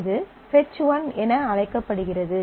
இது fetch one என அழைக்கப்படுகிறது